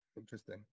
Interesting